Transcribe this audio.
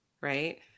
right